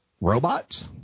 Robots